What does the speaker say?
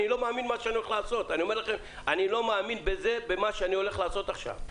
אני לא מאמין למה שאני הולך לעשות עכשיו.